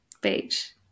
Beach